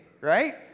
right